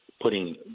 putting